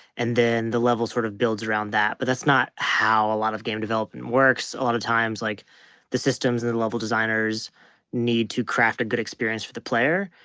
and then the level sort of builds around that. but that's not how a lot of game development works. a lot of times like the systems and the level designers need to craft a good experience for the player,